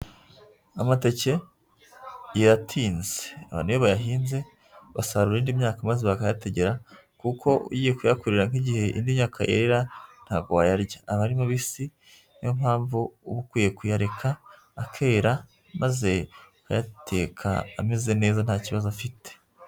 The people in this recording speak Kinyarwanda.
Amateke yera atinze. Abantu iyo bayahinze basarura indi myaka maze bakayategera, kuko ugiye kuyakura nk'igihe indi myaka yerera ntabwo wayarya aba ari mabisi, ni yo mpamvu ukwiye kuyareka akera, maze ukayateka ameze neza nta kibazo afite.